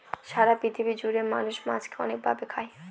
সারা পৃথিবী জুড়ে মানুষ মাছকে অনেক ভাবে খায়